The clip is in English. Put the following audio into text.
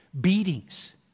beatings